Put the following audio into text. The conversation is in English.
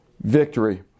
victory